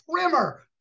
primer